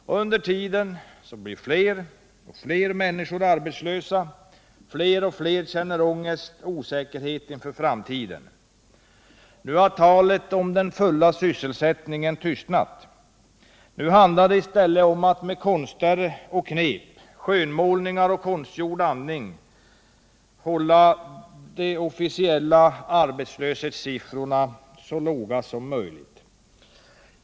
Och under tiden blir fler och fler människor arbetslösa, fler och fler känner ångest och osäkerhet inför framtiden. Nu har talet om den fulla sysselsättningen tystnat. Nu handlar det i stället om att med konster och knep, skönmålningar och konstgjord andning hålla de officiella arbetslöshetssiffrorna så låga som möjligt.